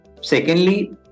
Secondly